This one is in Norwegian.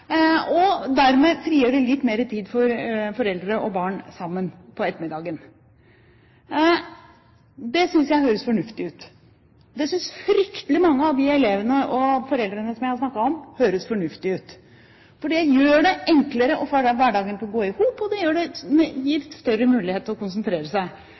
og dermed frigjøre litt mer tid for foreldre og barn sammen på ettermiddagen. Det synes jeg høres fornuftig ut. Det synes fryktelig mange av de elevene og foreldrene jeg har snakket med, høres fornuftig ut. Det gjør det enklere å få hverdagen til å gå i hop, og det gir større mulighet til å konsentrere seg